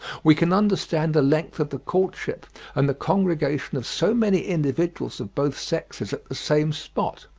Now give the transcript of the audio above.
we can understand the length of the courtship and the congregation of so many individuals of both sexes at the same spot.